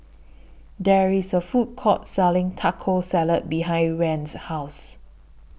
There IS A Food Court Selling Taco Salad behind Rand's House